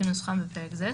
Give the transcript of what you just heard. כנוסחם בפרק זה,